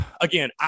Again